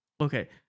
Okay